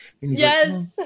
Yes